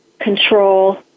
control